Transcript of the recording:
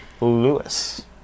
Lewis